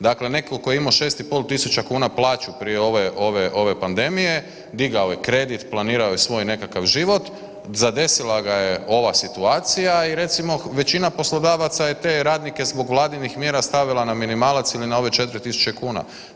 Dakle, netko tko je imao 6.500 kuna plaću prije ove pandemije, digao je kredit, planirao je svoj nekakav život, zadesila ga je ova situacija i recimo većina poslodavaca je te radnike zbog Vladinih mjera stavila na minimalac ili na ove 4.000 kuna.